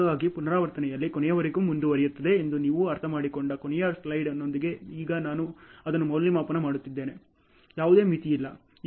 ಹಾಗಾಗಿ ಪುನರಾವರ್ತನೆಯಲ್ಲಿ ಕೊನೆಯವರೆಗೂ ಮುಂದುವರಿಯುತ್ತದೆ ಎಂದು ನೀವು ಅರ್ಥಮಾಡಿಕೊಂಡ ಕೊನೆಯ ಸ್ಲೈಡ್ನೊಂದಿಗೆ ಈಗ ನಾನು ಅದನ್ನು ಮೌಲ್ಯಮಾಪನ ಮಾಡುತ್ತಿದ್ದೇನೆ ಯಾವುದೇ ಮಿತಿಯಿಲ್ಲ